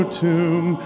tomb